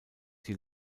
die